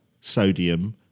sodium